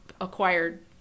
acquired